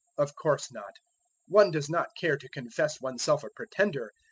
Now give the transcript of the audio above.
of course not one does not care to confess oneself a pretender.